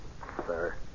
sir